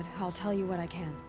i'll tell you what i can.